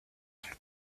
une